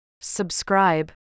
Subscribe